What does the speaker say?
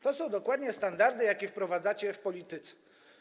To są dokładnie standardy, jakie wprowadzacie w polityce.